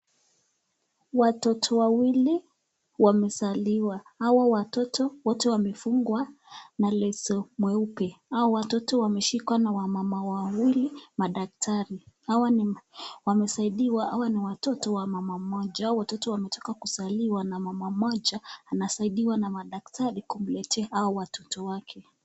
Watoto wawili wamezaliwa, hawa watoto wote wamefungwa na leso mweupe. Hao watoto wameshikwa na wamama wawili madaktari. Hawa wamesaidiwa hawa ni watoto wa mama mmoja, hawa watoto wametoka kuzaliwa na mama mmoja anasaidiwa na madaktari kumletea hawa watoto wake.